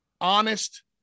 honest